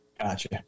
Gotcha